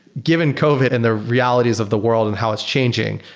given covid and the realities of the world and how it's changing,